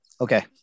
Okay